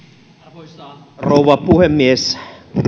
arvoisa rouva puhemies